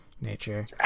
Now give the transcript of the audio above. nature